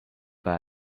pas